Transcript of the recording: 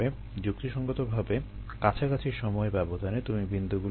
যুক্তিসঙ্গতভাবে কাছাকাছি সময় ব্যবধানে তুমি বিন্দুগুলো নেবে